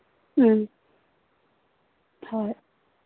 ꯎꯝ ꯍꯣꯏ